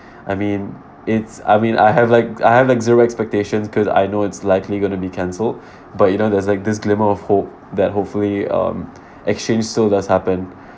I mean it's I mean I have like II have like zero expectations because I know it's likely going to be cancelled but you know there's like this glimmer of hope that hopefully um exchange so does happen